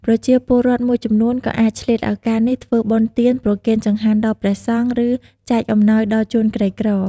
ប្រជាពលរដ្ឋមួយចំនួនក៏អាចឆ្លៀតឱកាសនេះធ្វើបុណ្យទាន ប្រគេនចង្ហាន់ដល់ព្រះសង្ឃ ឬចែកអំណោយដល់ជនក្រីក្រ។